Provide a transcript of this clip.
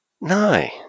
No